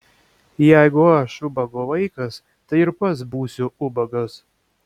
jeigu aš ubago vaikas tai ir pats būsiu ubagas